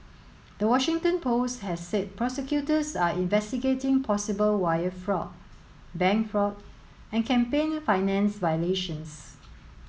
the Washington Post has said prosecutors are investigating possible wire fraud bank fraud and campaign finance violations